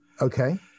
Okay